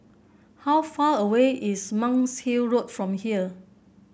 how far away is Monk's Hill Road from here